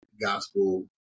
gospel